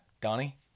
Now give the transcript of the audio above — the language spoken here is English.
Donnie